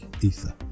ether